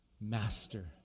master